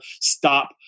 stop